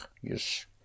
yes